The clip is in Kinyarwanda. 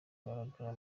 kugaragara